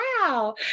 Wow